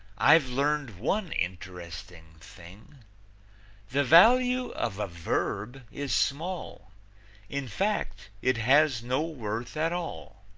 i've learned one interesting thing the value of a verb is small in fact, it has no worth at all.